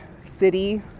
city